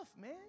man